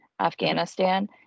Afghanistan